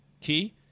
key